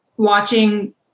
Watching